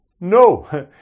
no